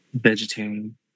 vegetarian